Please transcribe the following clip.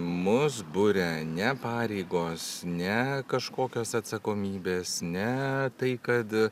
mus buria ne pareigos ne kažkokios atsakomybės ne tai kad